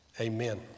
amen